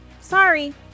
Sorry